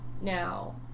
now